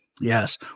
Yes